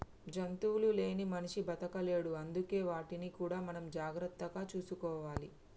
జంతువులు లేని మనిషి బతకలేడు అందుకే వాటిని కూడా మనం జాగ్రత్తగా చూసుకోవాలి